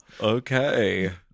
Okay